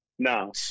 No